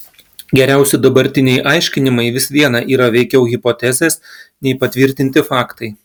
geriausi dabartiniai aiškinimai vis viena yra veikiau hipotezės nei patvirtinti faktai